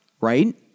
right